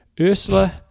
Ursula